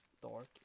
Dark